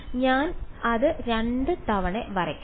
ഞാൻ അത് 2 തവണ വരയ്ക്കും